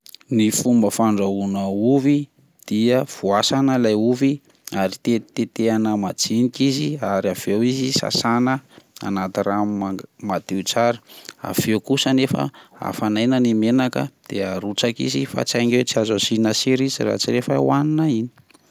Ny fomba fandrahoana ovy dia voasana lay ovy ary tetitetehana majinika izy ary aveo izy sasana anaty rano mang- madio tsara, avy eo kosa nefa afanaina ny menaka de arotsaka izy fa saingy tsy azo asiana sira izy raha tsy rehefa hohanina iny.